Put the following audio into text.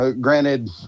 Granted